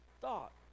thought